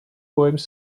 poèmes